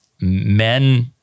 Men